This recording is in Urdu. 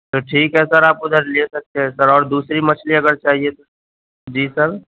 تو ٹھیک ہے سر آپ اُدھر لے سکتے ہیں سر اور دوسری مچھلی اگر چاہیے تو جی سر